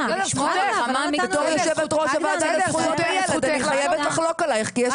רגדה -- אני חייבת לחלוק עלייך כי יש